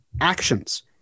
actions –